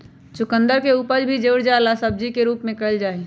चुकंदर के उपज भी जड़ वाला सब्जी के रूप में कइल जाहई